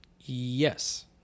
Yes